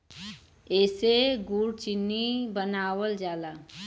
एसे गुड़ चीनी बनावल जाला